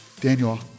Daniel